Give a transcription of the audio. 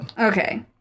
Okay